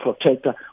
protector